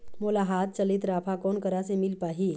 मोला हाथ चलित राफा कोन करा ले मिल पाही?